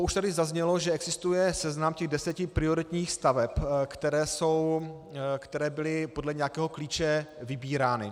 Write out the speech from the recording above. Už tady zaznělo, že existuje seznam těch deseti prioritních staveb, které byly podle nějakého klíče vybírány.